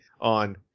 on